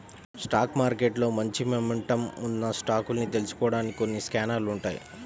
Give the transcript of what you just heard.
stock మార్కెట్లో మంచి momentum ఉన్న స్టాకుల్ని తెలుసుకోడానికి కొన్ని స్కానర్లు ఉంటాయ్